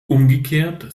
umgekehrt